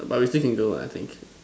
but we still can go what I think